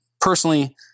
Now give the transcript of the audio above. personally